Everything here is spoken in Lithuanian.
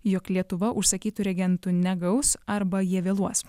jog lietuva užsakytų reagentų negaus arba jie vėluos